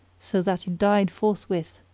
so that he died forthwith.